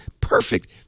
perfect